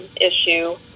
issue